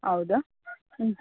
ಹೌದಾ ಹ್ಞೂ